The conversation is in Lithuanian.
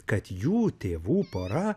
kad jų tėvų pora